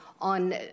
on